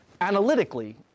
analytically